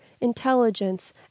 intelligence